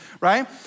right